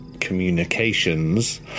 communications